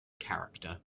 character